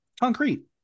concrete